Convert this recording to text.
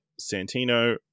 Santino